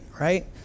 right